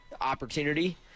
opportunity